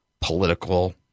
political